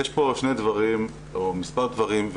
יש פה שני דברים או מספר דברים,